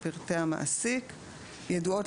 _______,